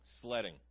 sledding